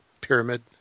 pyramid